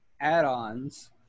add-ons